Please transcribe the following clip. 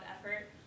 effort